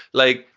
like,